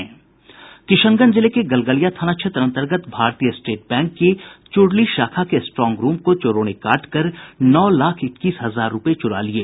किशनगंज जिले के गलगलिया थाना क्षेत्र अन्तर्गत भारतीय स्टेट बैंक की चूरली शाखा के स्ट्रांग रूम को चोरों ने काट कर नौ लाख इक्कीस हजार रूपये चुरा लिये